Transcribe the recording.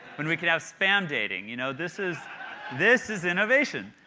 when we can have spam dating? you know this is this is innovation.